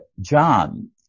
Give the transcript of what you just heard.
John